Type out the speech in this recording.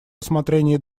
рассмотрении